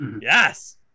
Yes